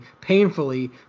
painfully